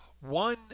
one